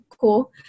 cool